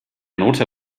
note